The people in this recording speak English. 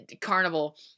carnival